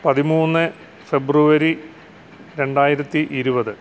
പതിമൂന്ന് ഫെബ്രുവരി രണ്ടായിരത്തി ഇരുപത്